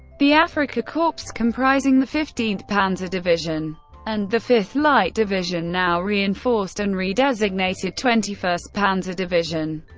the afrika korps, comprising the fifteenth panzer division and the fifth light division, now reinforced and redesignated twenty first panzer division,